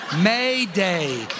Mayday